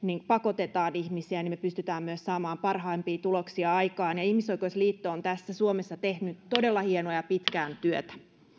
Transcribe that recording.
pakotamme ihmisiä niin me pystymme myös saamaan parhaimpia tuloksia aikaan ihmisoikeusliitto on tässä suomessa tehnyt todella hienoa ja pitkään työtä